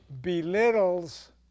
belittles